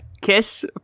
Kiss